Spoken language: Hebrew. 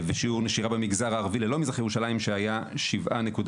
ושיעור נשירה במגזר הערבי ללא מזרח ירושלים שהיה 7.4%